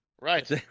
right